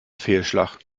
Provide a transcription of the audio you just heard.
fehlschlag